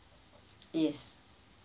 yes